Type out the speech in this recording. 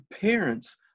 parents